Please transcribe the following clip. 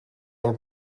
del